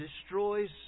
destroys